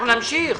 אנחנו נמשיך.